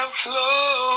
flow